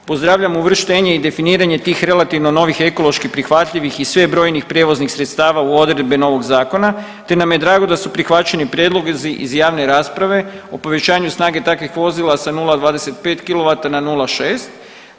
Pozdravljam uvrštenje i definiranje tih relativno novih ekološki prihvatljivih i sve brojnijih prijevoznih sredstava u odredbe novog zakona, te nam je drago da su prihvaćeni prijedlozi iz javne rasprave o povećanju snage takvih vozila sa 0,25 kilovata na 0,6.